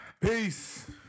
Peace